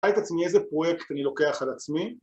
את עצמי איזה פרויקט אני לוקח על עצמי.